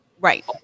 right